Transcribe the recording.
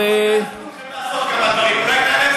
אנחנו צריכים לעשות כמה דברים.